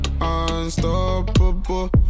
unstoppable